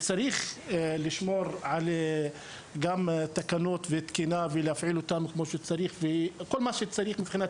שם צריך לשמור על תקנות ותקינה ולעשות כל מה שצריך מבחינת